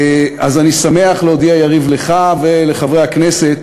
אני שמח להודיע, יריב, לך ולחברי הכנסת,